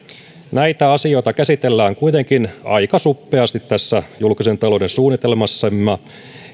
näitä asioita käsitellään kuitenkin aika suppeasti tässä julkisen talouden suunnitelmassamme